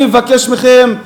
אני מבקש מכם,